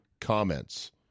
comments